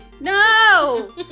No